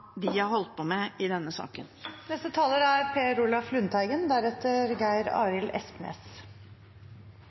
de har holdt på med i denne saken. Det er